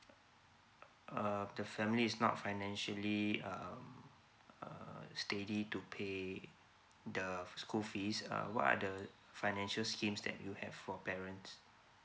uh the family is not financially uh uh steady to pay the school fees uh what are the financial schemes that you have for parents